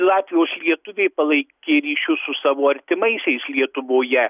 latvijos lietuviai palai kė ryšius su savo artimaisiais lietuvoje